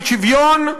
בשוויון,